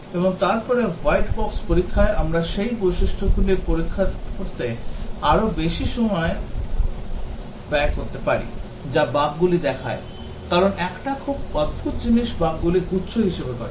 এবং তারপরে white box পরীক্ষায় আমরা সেই বৈশিষ্ট্যগুলি পরীক্ষা করতে আরও বেশি সময় ব্যয় করতে পারি যা বাগগুলি দেখায় কারণ একটি খুব অদ্ভুত জিনিস বাগগুলি গুচ্ছ হিসাবে ঘটে